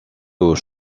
aux